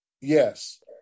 Yes